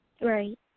Right